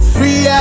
Free